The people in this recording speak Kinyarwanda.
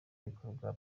bikorwa